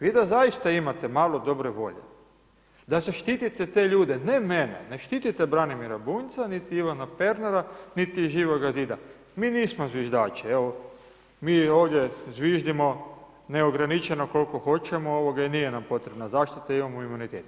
Vi da zaista imate malo dobre volje, da zaštitite te ljude, ne mene, ne štitite Branimira Bunjca niti Ivana Pernara, niti Živoga zida, mi nismo zviždači, evo, mi ovdje zviždimo neograničeni koliko hoćemo i nije nam potrebna zaštita, imamo imunitet.